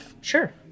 Sure